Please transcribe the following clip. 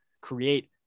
create